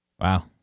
Wow